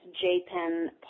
J-PEN